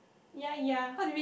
ya ya